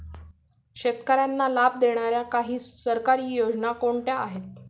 शेतकऱ्यांना लाभ देणाऱ्या काही सरकारी योजना कोणत्या आहेत?